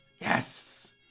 Yes